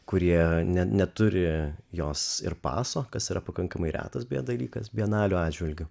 kurie neturi jos ir paso kas yra pakankamai retas bėja dalykas bienalių atžvilgiu